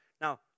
Now